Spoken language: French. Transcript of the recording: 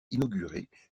inaugurée